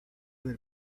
del